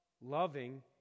loving